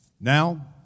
Now